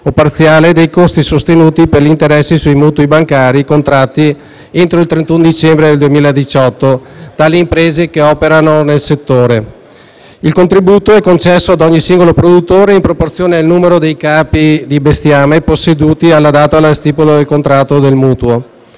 o parziale dei costi sostenuti per gli interessi sui mutui bancari contratti entro il 31 dicembre 2018 dalle imprese che operano nel settore. Il contributo è concesso ad ogni singolo produttore in proporzione al numero dei capi di bestiame posseduti alla data di stipula del contratto di mutuo.